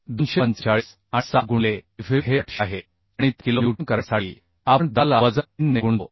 245 आणि 07 गुणिले fub हे 800 आहे आणि ते किलो न्यूटन करण्यासाठी आपण 10 ला वजा 3 ने गुणतो